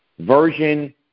version